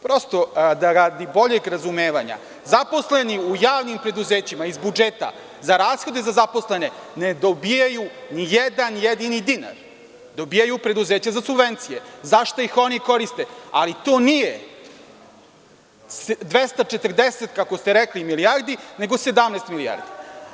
Prosto, radi boljeg razumevanja, zaposleni u javnim preduzećima iz budžeta za rashode za zaposlene, ne dobijaju nijedan jedini dinar, dobijaju preduzeća za subvencije, za šta ih oni koriste, ali to nije 241 milijarda, nego 17 milijardi.